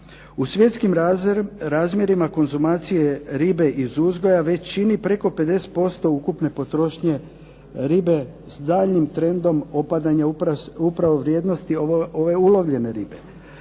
U svjetskim razmjerima konzumacije ribe iz uzgoja već čini preko 50% ukupne potrošnje ribe s daljnjim trendom opadanja upravo vrijednosti ove ulovljene ribe.